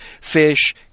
fish